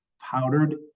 powdered